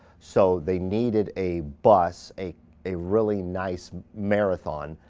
so, they needed a bus, a a really nice marathon,